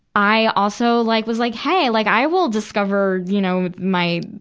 i also like, was like, hey, like i will discover, you know, my,